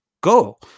go